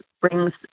brings